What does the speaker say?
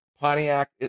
pontiac